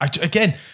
Again